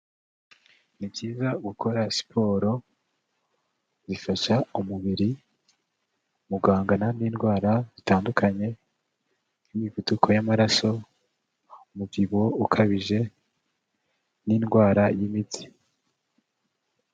Ni byiza gukora siporo, bifasha umubiri mu guhangana n'indwara zitandukanye, nk'imivuduko y'amaraso, umubyibuho ukabije, n'indwara y'imitsi.